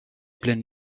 pleine